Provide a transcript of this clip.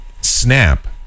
snap